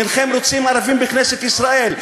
אינכם רוצים ערבים בכנסת ישראל.